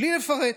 בלי לפרט.